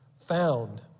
found